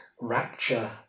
rapture